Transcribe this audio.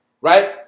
right